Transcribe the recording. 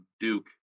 Duke